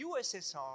USSR